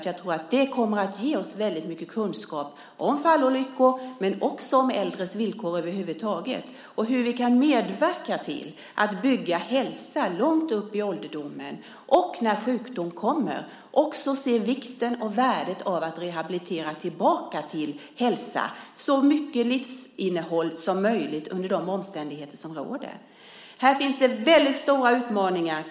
Jag tror att det kommer att ge oss väldigt mycket kunskap om fallolyckor, om äldres villkor över huvud taget och om hur vi kan medverka till att bygga hälsa långt upp i ålderdomen och att vi, när sjukdom kommer, också ser vikten och värdet av att rehabilitera tillbaka till hälsa och så mycket livsinnehåll som möjligt under de omständigheter som råder. Här finns det väldigt stora utmaningar.